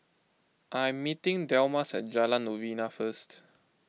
I am meeting Delmas at Jalan Novena first